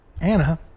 Anna